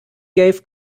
gave